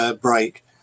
break